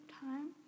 time